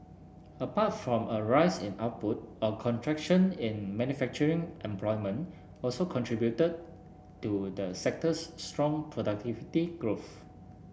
apart from a rise in output a contraction in manufacturing employment also contributed to the sector's strong productivity growth